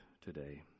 today